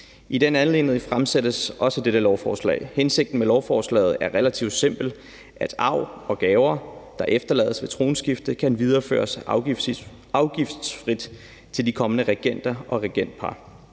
I den anledning fremsættes også dette lovforslag. Hensigten med lovforslaget er relativt simpel, nemlig at arv og gaver, der efterlades ved tronskifte, kan videreføres afgiftsfrit til kommende regenter og regentpar.